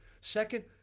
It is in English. Second